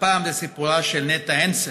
והפעם זה סיפורה של נטע הנסן,